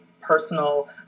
personal